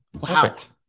Perfect